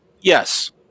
Yes